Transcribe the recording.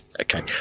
okay